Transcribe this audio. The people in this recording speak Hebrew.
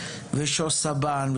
ושוש סבן,